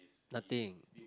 nothing